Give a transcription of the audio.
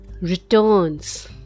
Returns